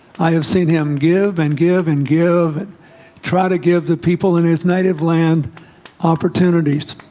i have seen him give and give and give try to give the people in his native land opportunities